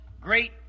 great